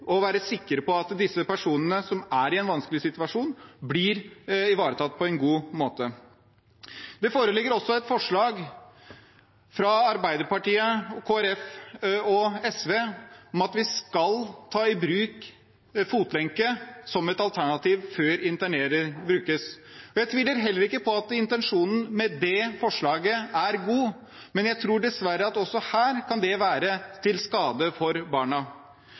være sikre på at disse personene, som er i en vanskelig situasjon, blir ivaretatt på en god måte. Det foreligger også et forslag fra Arbeiderpartiet, Kristelig Folkeparti og SV om at vi skal ta i bruk fotlenke som et alternativ før internering brukes. Jeg tviler heller ikke på at intensjonen med det forslaget er god, men jeg tror dessverre at også dette kan være til skade for barna.